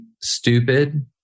stupid